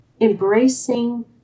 Embracing